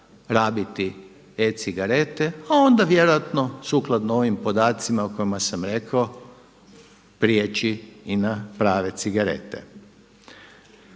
rabiti e-cigarete a onda vjerojatno sukladno ovim podacima o kojima sam rekao prijeći i na prave cigarete.